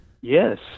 Yes